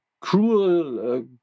cruel